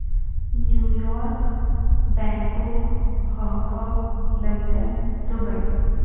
New York Bangkok Hong Kong London Dubai